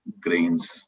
grains